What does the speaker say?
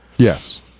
Yes